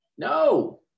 No